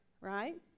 right